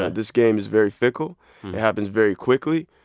ah this game is very fickle. it happens very quickly.